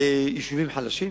ליישובים חלשים.